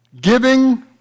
Giving